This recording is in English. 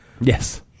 Yes